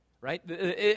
right